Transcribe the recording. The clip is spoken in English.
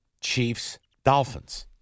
Chiefs-Dolphins